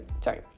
sorry